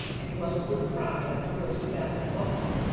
and dwells with pride on the worst battle of all.